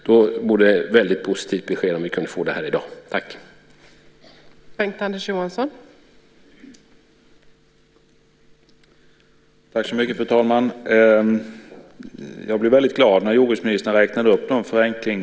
Det vore positivt om vi kunde få det beskedet här i dag.